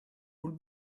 would